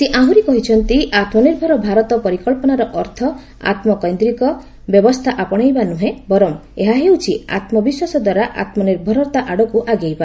ସେ ଆହୁରି କହିଚ୍ଚନ୍ତି ଆତ୍ମନିର୍ଭର ଭାରତ ପରିକଳ୍ପନାର ଅର୍ଥ ଆତ୍ମକେନ୍ଦ୍ରୀକ ବ୍ୟବସ୍ଥା ଆପଣାଇବା ନୁହେଁ ବରଂ ଏହା ହେଉଛି ଆତ୍ମବିଶ୍ୱାସ ଦ୍ୱାରା ଆତ୍ମନିର୍ଭରତା ଆଡକୁ ଆଗେଇବା